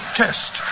test